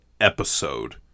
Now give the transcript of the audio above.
episode